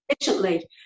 efficiently